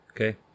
Okay